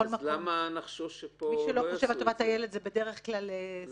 מי שלא חושב על טובת הילד זה בדרך כלל סרבן הגט.